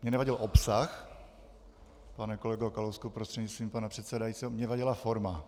Mně nevadil obsah, pane kolego Kalousku prostřednictvím pana předsedajícího, mně vadila forma.